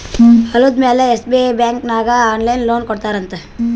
ಹೊಲುದ ಮ್ಯಾಲ SBI bank ನಾಗ್ ಆನ್ಲೈನ್ ಲೋನ್ ಕೊಡ್ತಾರ್ ಅಂತ್